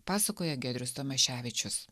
pasakoja giedrius tamaševičius